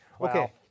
Okay